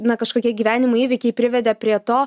na kažkokie gyvenimo įvykiai privedė prie to